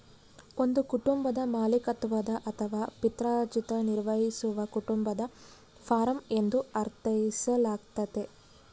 ಒಂದು ಕುಟುಂಬದ ಮಾಲೀಕತ್ವದ ಅಥವಾ ಪಿತ್ರಾರ್ಜಿತ ನಿರ್ವಹಿಸುವ ಕುಟುಂಬದ ಫಾರ್ಮ ಎಂದು ಅರ್ಥೈಸಲಾಗ್ತತೆ